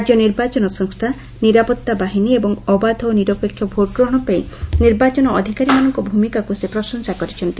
ରାକ୍ୟ ନିର୍ବାଚନ ସଂସ୍ତା ନିରାପତ୍ତା ବାହିନୀ ଏବଂ ଅବାଧ ଓ ନିରପେକ୍ଷ ଭୋଟ୍ଗ୍ରହଣ ପାଇଁ ନିର୍ବାଚନ ଅଧିକାରୀମାନଙ୍କ ଭ୍ରମିକାକୁ ସେ ପ୍ରଶଂସା କରିଛନ୍ତି